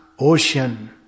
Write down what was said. ocean